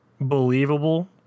believable